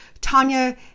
Tanya